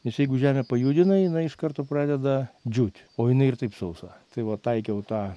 nes jeigu žemę pajudinai jinai iš karto pradeda džiūti o jinai ir taip sausa tai va taikiau tą